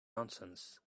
nonsense